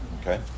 Okay